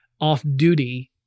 off-duty